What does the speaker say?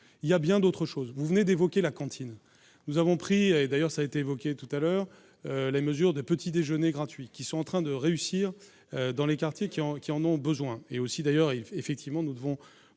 il y a bien d'autres choses, vous venez d'évoquer la cantine, nous avons pris et d'ailleurs ça a été évoqué tout à l'heure, les mesures de petits déjeuners gratuits qui sont en train de réussir dans les quartiers qui ont qui en ont besoin et aussi d'ailleurs, il faut effectivement nous devons